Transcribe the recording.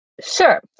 Sure